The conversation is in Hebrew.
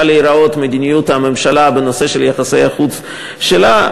להיראות מדיניות הממשלה בנושא של יחסי החוץ שלה.